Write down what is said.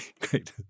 Great